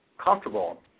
comfortable